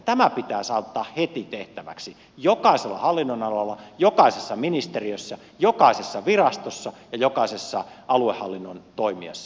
tämä pitää saattaa heti tehtäväksi jokaisella hallinnonalalla jokaisessa ministeriössä jokaisessa virastossa ja jokaisessa aluehallinnon toimijassa